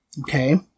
Okay